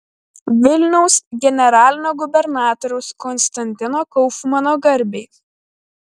vilniaus generalinio gubernatoriaus konstantino kaufmano garbei